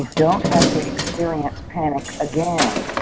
don't have to experience panic again